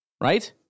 right